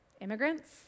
Immigrants